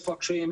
איפה הקשיים,